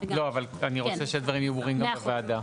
לא, אבל אני רוצה שהדברים יהיו ברורים גם לוועדה.